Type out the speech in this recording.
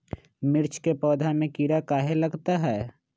मिर्च के पौधा में किरा कहे लगतहै?